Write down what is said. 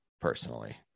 personally